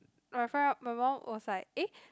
my fr~ my mum was like eh